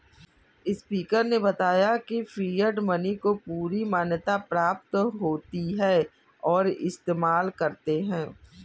speaker ने बताया की फिएट मनी को पूरी मान्यता प्राप्त होती है और इस्तेमाल करते है